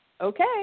okay